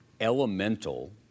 elemental